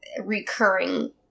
recurring